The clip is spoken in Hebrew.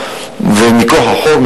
ומכוח החוק,